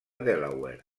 delaware